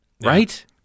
Right